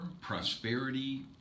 Prosperity